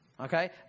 Okay